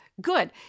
Good